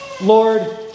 Lord